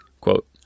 Quote